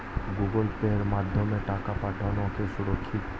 Google পের মাধ্যমে টাকা পাঠানোকে সুরক্ষিত?